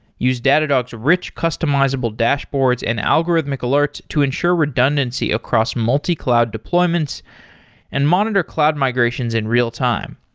use datadog's rich, customizable dashboards and algorithmic alerts to ensure redundancy across multi-cloud deployments and monitor cloud migrations in real-time.